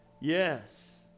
Yes